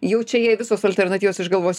jau čia jai visos alternatyvos iš galvos